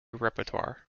repertoire